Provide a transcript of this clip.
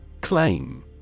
Claim